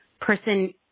person